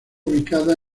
ubicada